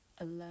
alone